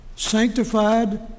sanctified